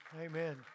Amen